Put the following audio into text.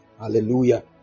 Hallelujah